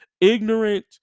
ignorant